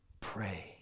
pray